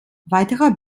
weitere